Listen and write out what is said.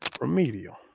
Remedial